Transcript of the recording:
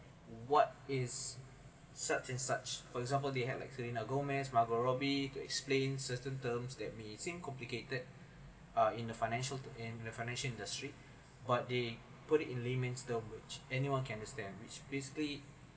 what is such as such for example the had like selena gomez margot robbie to explain certain terms that may seem complicated uh in the financial to in the financial industry but they put it layman terms which anyone can understand which basically